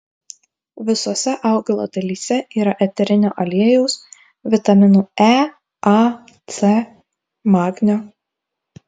visose augalo dalyse yra eterinio aliejaus vitaminų e a c magnio